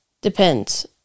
Depends